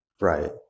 Right